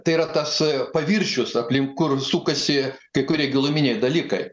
tai yra tas paviršius aplink kur sukasi kai kurie giluminiai dalykai